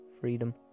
freedom